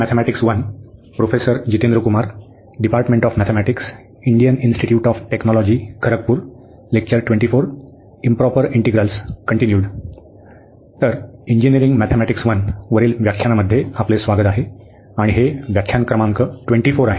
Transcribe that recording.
mathematics 1 वरील व्याख्यानामध्ये आपले स्वागत आहे आणि हे व्याख्यान क्रमांक 24 आहे